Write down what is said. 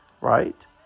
right